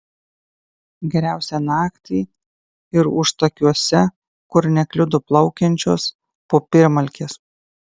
geriausia naktį ir užtakiuose kur nekliudo plaukiančios popiermalkės